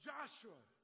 Joshua